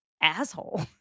asshole